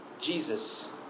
Jesus